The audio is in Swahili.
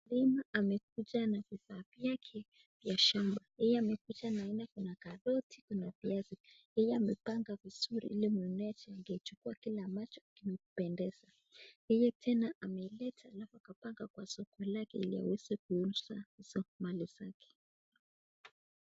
Alim amekutana na vifaa vyake vya shamba. Yeye amekutana na kuna karoti, kuna viazi. Yeye amepanga vizuri ili mwananchi angechukua kila amacho kimependeza. Yeye tena ameileta alafu akapanga kwa soko lake liweze kuuzwa sokoni zake.